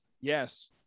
yes